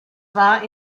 war